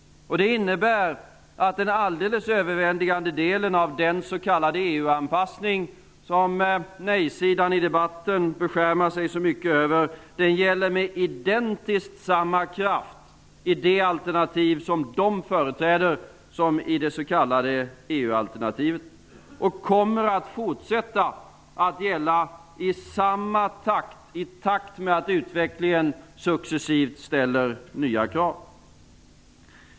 Det innebär att den alldeles överväldigande delen av den s.k. EU-anpassning som nej-sidan i debatten beskärmar sig så mycket över gäller med identiskt samma kraft i det alternativ som de företräder som i det s.k. EU-alternativet och kommer att fortsätta att gälla, i takt med att utvecklingen successivt ställer nya krav.